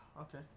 Okay